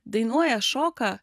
dainuoja šoka